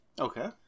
Okay